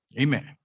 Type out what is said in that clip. amen